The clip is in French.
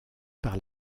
par